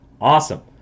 Awesome